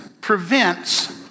prevents